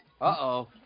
Uh-oh